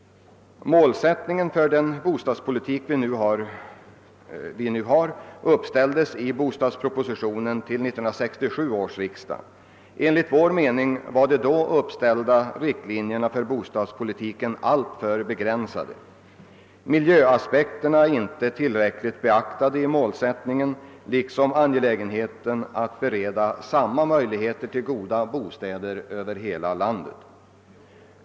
Målsättningen för den bostadspolitik vi nu har uppställdes i bostadspropositionen till 1967 års riksdag. Enligt vår mening var de då uppdragna riktlinjerna för bostadspolitiken alltför begränsade. Miljöaspekterna är inte tillräckligt beaktade i målsättningen liksom angelägenheten att bereda samma möjligheter till goda bostäder över hela landet.